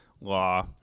law